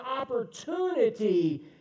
opportunity